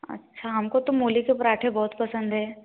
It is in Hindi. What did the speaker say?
अच्छा हमको तो मूली के पराँठे बहुत पसंद हैं